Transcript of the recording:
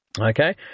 Okay